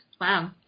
Wow